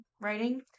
writing